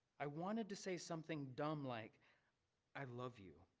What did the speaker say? i wanted to say something dumb like i love you.